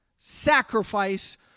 sacrifice